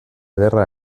ederra